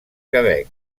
quebec